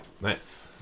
Nice